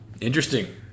Interesting